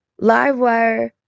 Livewire